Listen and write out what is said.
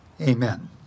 Amen